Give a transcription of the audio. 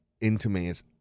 Intimate